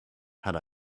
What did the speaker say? had